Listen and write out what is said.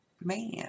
man